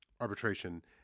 arbitration